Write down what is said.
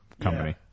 company